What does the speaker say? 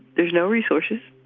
there's no resources.